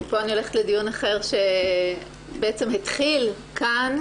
מפה אני הולכת לדיון אחר שבעצם התחיל כאן,